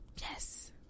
Yes